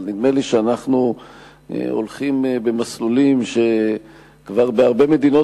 אבל נדמה לי שאנחנו הולכים במסלולים שכבר בהרבה מדינות,